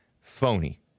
Phony